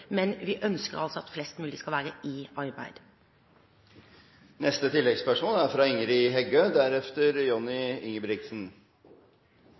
men vi ønsker altså at flest mulig skal være i